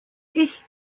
ich